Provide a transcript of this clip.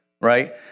right